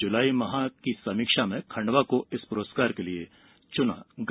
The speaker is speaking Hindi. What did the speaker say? जुलाई माह की समीक्षा में खंडवा को इस प्रस्कार के लिये चुना गया